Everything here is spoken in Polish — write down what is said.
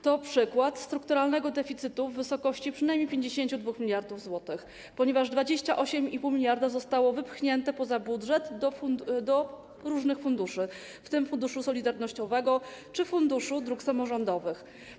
To przykład strukturalnego deficytu w wysokości przynajmniej 52 mld zł, ponieważ 28,5 mld zostało wypchnięte poza budżet do różnych funduszy, w tym Funduszu Solidarnościowego czy Funduszu Dróg Samorządowych.